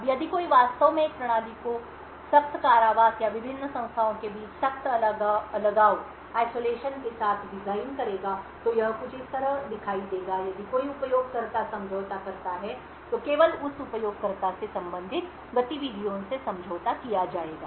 अब यदि कोई वास्तव में एक प्रणाली को सख्त कारावास या विभिन्न संस्थाओं के बीच सख्त अलगाव के साथ डिजाइन करेगा तो यह कुछ इस तरह दिखाई देगा यदि कोई उपयोगकर्ता समझौता करता है तो केवल उस उपयोगकर्ता से संबंधित गतिविधियों से समझौता किया जाएगा